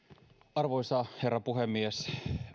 arvoisa herra puhemies